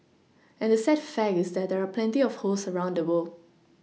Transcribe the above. and the sad fact is that there are plenty of hosts around the world